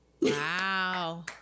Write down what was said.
Wow